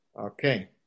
Okay